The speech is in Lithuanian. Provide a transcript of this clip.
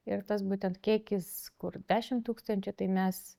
ir tas būtent kiekis kur dešim tūkstančių tai mes